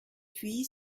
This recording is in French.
puis